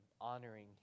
honoring